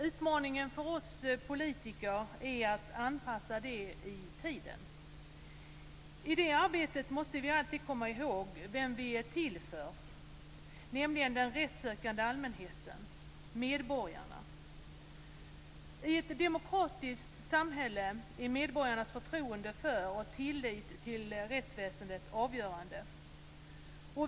Utmaningen för oss politiker är att anpassa det i tiden. I det arbetet måste vi alltid komma ihåg vem vi är till för, nämligen den rättssökande allmänheten - medborgarna. I ett demokratiskt samhälle är medborgarnas förtroende för och tillit till rättsväsendet avgörande.